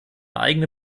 eigene